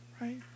right